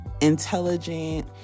intelligent